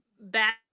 Back